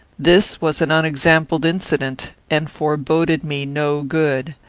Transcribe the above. this was an unexampled incident, and foreboded me no good.